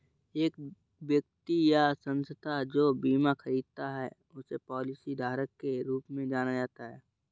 एक व्यक्ति या संस्था जो बीमा खरीदता है उसे पॉलिसीधारक के रूप में जाना जाता है